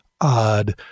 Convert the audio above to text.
odd